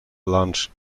launch